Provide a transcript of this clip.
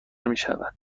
میشود